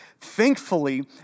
thankfully